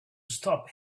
stop